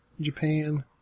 Japan